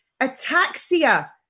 ataxia